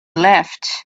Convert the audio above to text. left